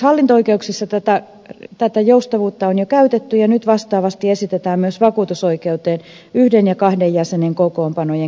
hallinto oikeuksissa tätä joustavuutta on jo käytetty ja nyt vastaavasti esitetään myös vakuutusoikeuteen yhden ja kahden jäsenen kokoonpanojen käyttöönottoa